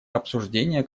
обсуждение